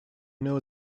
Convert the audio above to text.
know